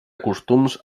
costums